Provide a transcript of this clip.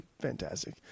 fantastic